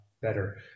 better